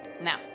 Now